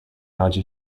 nudge